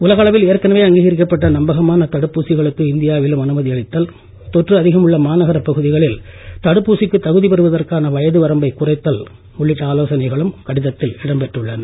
உலக அளவில் ஏற்கனவே அங்கீகரிக்கப்பட்ட நம்பகமான தடுப்பூசிகளுக்கு இந்தியாவிலும் அனுமதி அளித்தல் தொற்று அதிகம் உள்ள மாநகரப் பகுதிகளில் தடுப்பூசிக்கு தகுதி பெறுவதற்கான வயது வரம்பை குறைத்தல் உள்ளிட்ட ஆலோசனைகளும் கடிதத்தில் இடம் பெற்றுள்ளன